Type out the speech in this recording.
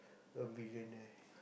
a billionaire